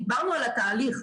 דיברנו על התהליך,